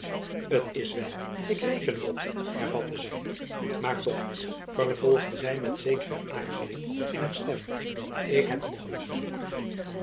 t is wel ik reken er op hervatte zy maar toch vervolgde zy met zekere aarzeling in haar stem ik heb nog een verzoek